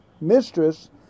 mistress